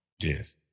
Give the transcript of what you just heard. Yes